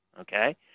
okay